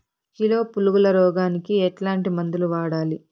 Kilo పులుగుల రోగానికి ఎట్లాంటి మందులు వాడాలి?